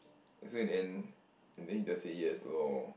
so in the end in the end he just say yes loh